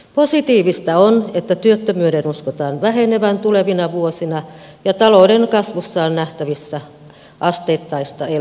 positiivista on että työttömyyden uskotaan vähenevän tulevina vuosina ja talouden kasvussa on nähtävissä asteittaista elpymistä